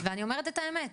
ואני אומרת את האמת,